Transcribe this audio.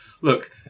Look